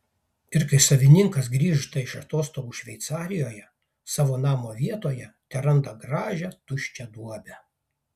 ir kai savininkas grįžta iš atostogų šveicarijoje savo namo vietoje teranda gražią tuščią duobę